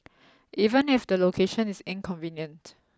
even if the location is inconvenient